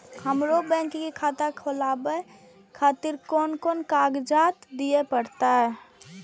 हमरो बैंक के खाता खोलाबे खातिर कोन कोन कागजात दीये परतें?